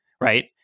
right